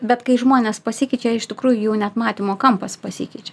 bet kai žmonės pasikeičia iš tikrųjų jų net matymo kampas pasikeičia